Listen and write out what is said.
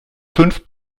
fünf